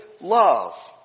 love